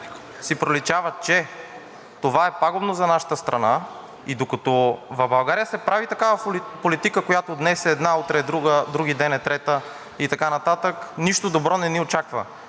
си проличава, че това е пагубно за нашата страна. Докато в България се прави такава политика, която днес е една, утре е друга, а вдругиден е трета и така нататък, нищо добро не ни очаква.